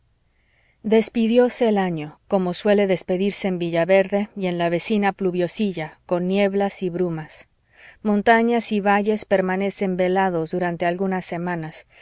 xxxii despidióse el año como suele despedirse en villaverde y en la vecina pluviosilla con nieblas y brumas montañas y valles permanecen velados durante algunas semanas